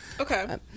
Okay